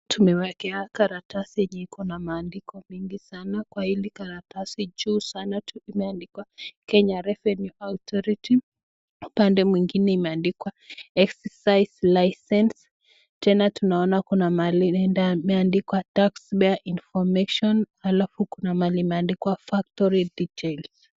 Tumewekewa karatasi yenye iko na maandiko mingi sana. Kwenye hili karatasi juu sana imeandikwa Kenya Revenue Authority . Upande mwingine imeandikwa excise license . Tena tunaona kuna mahali imeandikwa taxpayer information alafu kuna mahali imeandikwa factory details .